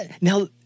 Now